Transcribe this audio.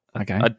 Okay